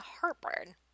heartburn